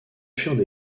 furent